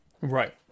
Right